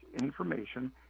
information